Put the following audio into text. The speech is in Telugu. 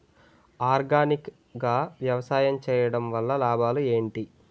ఆర్గానిక్ గా వ్యవసాయం చేయడం వల్ల లాభాలు ఏంటి?